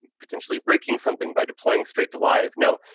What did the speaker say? potentially breaking something by deploying straight to live, no,